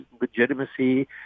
legitimacy